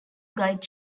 guide